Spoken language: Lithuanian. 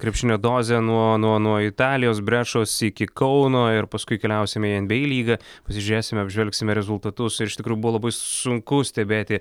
krepšinio dozę nuo nuo nuo italijos brešos iki kauno ir paskui keliausime į nba lygą pasižiūrėsime apžvelgsime rezultatus ir iš tikrųjų buvo labai sunku stebėti